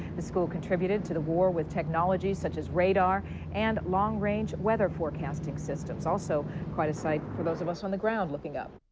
the school contributed to the war with technologies such as radar and long-range weather forecasting systems. also quite a sight for those of us on the ground looking up.